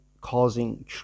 causing